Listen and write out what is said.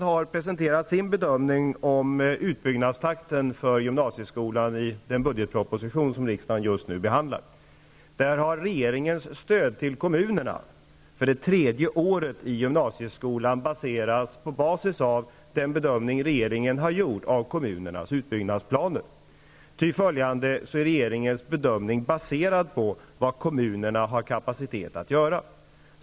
Herr talman!